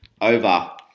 over